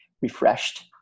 refreshed